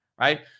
right